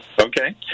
Okay